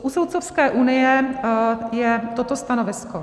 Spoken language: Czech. U Soudcovské unie je toto stanovisko.